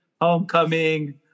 homecoming